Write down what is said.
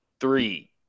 Three